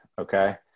okay